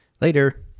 Later